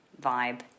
vibe